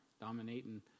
Dominating